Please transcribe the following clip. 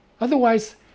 Otherwise